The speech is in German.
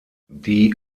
die